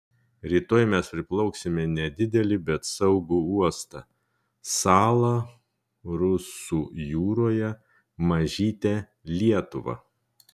rytoj mes priplauksime nedidelį bet saugų uostą salą rusų jūroje mažytę lietuvą